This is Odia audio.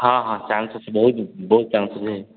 ହଁ ହଁ ଚାନ୍ସ ଅଛି ବହୁ ଦିନ ବହୁତ ଚାନ୍ସ ଅଛି